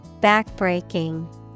backbreaking